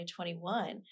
2021